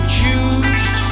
choose